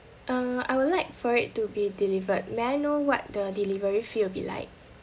uh I would like for it to be delivered may I know what the delivery fee will be like